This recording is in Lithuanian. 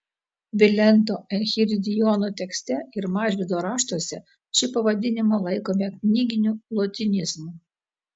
vilento enchiridiono tekste ir mažvydo raštuose šį pavadinimą laikome knyginiu lotynizmu